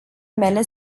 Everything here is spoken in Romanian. mele